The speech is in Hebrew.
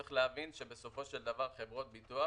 צריך להבין שבסופו של דבר חברות הביטוח